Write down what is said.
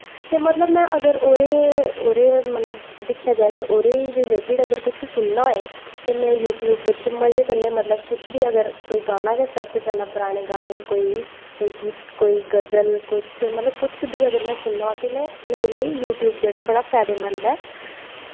ते मतलब में अगर ओह्दे ओह्दे दिक्खेआ जाए ते ओह्दे रिलेटिड अगर कुछ सुनना होऐ ते में यूट्यूब बिच मज़े कन्नै मतलब कोई गाना गै सर्च करना परानें गानें कोई गज़ल कुछ मतलब कुछ बी अगर में सुनना होऐ ते में मेरे लेई यूट्यूब जेह्ड़ा ऐ बड़ा फायदेमंद ऐ